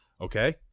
Okay